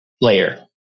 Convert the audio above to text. layer